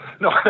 no